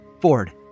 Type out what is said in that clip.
Ford